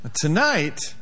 Tonight